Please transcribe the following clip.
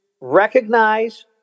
recognize